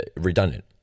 redundant